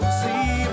see